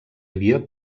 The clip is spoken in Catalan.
havia